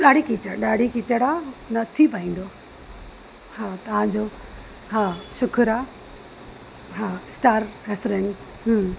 ॾाढी कीचड़ ॾाढी कीचड़ आहे न थी पाईंदो हा तव्हां जो हा शुखुरु आहे हा स्टार रेसोरेंट हम्म